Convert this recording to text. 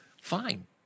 Fine